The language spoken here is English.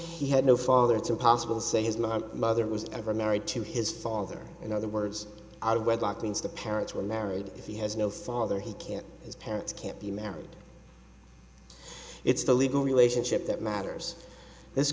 he had no father it's impossible to say his mother mother was ever married to his father in other words out of wedlock means the parents were married he has no father he can't his parents can't be married it's the legal relationship that matters this